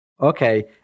Okay